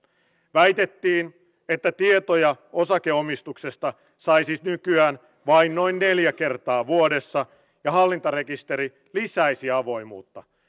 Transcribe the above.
väitettiin että tietoja osakeomistuksesta saisi nykyään vain noin neljä kertaa vuodessa ja hallintarekisteri lisäisi avoimuutta